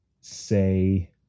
say